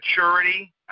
maturity